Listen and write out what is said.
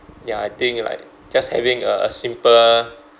ya I think like just having a a simple